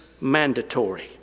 mandatory